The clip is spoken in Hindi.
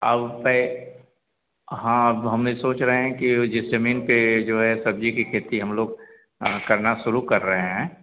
और पै हाँ अब हम भी सोच रहें हैं कि वह जिस ज़मीन पर जो है सब्ज़ी की खेती हम लोग करना शुरू कर रहें हैं